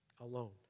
alone